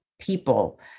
people